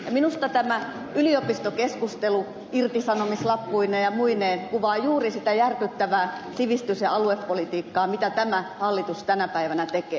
minusta tämä yliopistokeskustelu irtisanomislappuineen ja muineen kuvaa juuri sitä järkyttävää sivistys ja aluepolitiikkaa mitä tämä hallitus tänä päivänä tekee